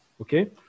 okay